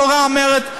התורה אומרת,